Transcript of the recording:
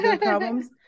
problems